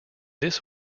this